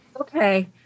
Okay